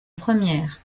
première